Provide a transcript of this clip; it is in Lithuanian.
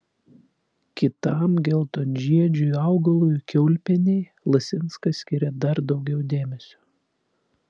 kitam geltonžiedžiui augalui kiaulpienei lasinskas skiria dar daugiau dėmesio